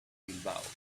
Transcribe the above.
bilbao